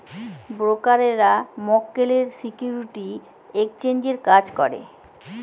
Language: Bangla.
ব্রোকাররা মক্কেলের সিকিউরিটি এক্সচেঞ্জের কাজ করে